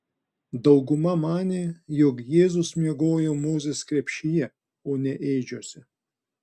dauguma manė jog jėzus miegojo mozės krepšyje o ne ėdžiose